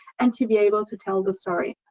and to be able to tell the story.